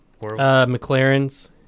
McLaren's